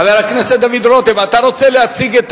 חבר הכנסת דוד רותם, אתה רוצה להציג את